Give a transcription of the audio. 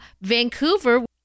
Vancouver